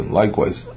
likewise